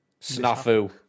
snafu